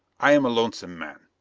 i am a lonesome man.